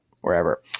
wherever